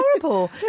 horrible